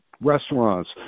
restaurants